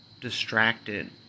Distracted